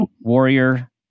warrior